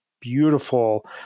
beautiful